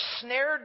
snared